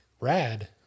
rad